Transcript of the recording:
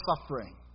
suffering